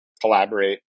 collaborate